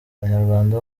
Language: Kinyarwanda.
abanyarwanda